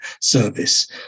Service